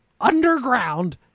underground